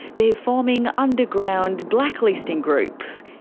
they're forming underground blacklisting groups.